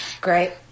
Great